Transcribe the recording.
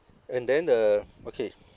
and then the okay